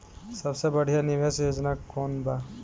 सबसे बढ़िया निवेश योजना कौन बा?